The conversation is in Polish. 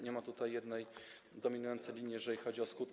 Nie ma tutaj jednej dominującej linii, jeżeli chodzi o skutki.